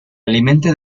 alimenta